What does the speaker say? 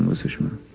um sushma.